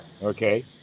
Okay